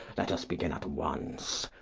let us begin at once.